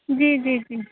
جی جی جی